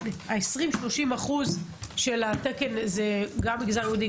ה-20% 30% של התקן זה גם במגזר היהודי,